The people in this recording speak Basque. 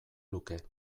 luke